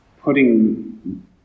putting